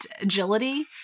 agility